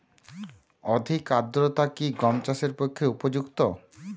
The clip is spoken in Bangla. অধিক আর্দ্রতা কি গম চাষের পক্ষে উপযুক্ত?